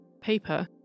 paper